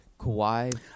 Kawhi